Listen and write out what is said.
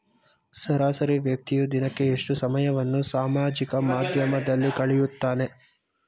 ಸರಾಸರಿ ವ್ಯಕ್ತಿಯು ದಿನಕ್ಕೆ ಎಷ್ಟು ಸಮಯವನ್ನು ಸಾಮಾಜಿಕ ಮಾಧ್ಯಮದಲ್ಲಿ ಕಳೆಯುತ್ತಾನೆ?